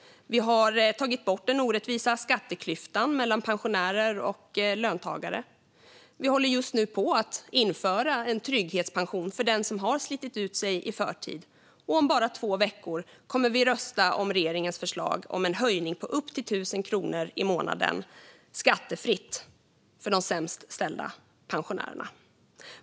Vi har tagit bort den orättvisa skatteklyftan mellan pensionärer och löntagare, och vi håller just nu på att införa en trygghetspension för den som har slitit ut sig i förtid. Och om bara två veckor kommer vi att rösta om regeringens förslag om en höjning på upp till 1 000 kronor i månaden skattefritt för de sämst ställda pensionärerna.